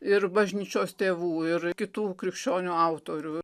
ir bažnyčios tėvų ir kitų krikščionių autorių